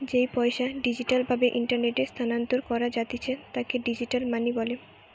যেই পইসা ডিজিটাল ভাবে ইন্টারনেটে স্থানান্তর করা জাতিছে তাকে ডিজিটাল মানি বলে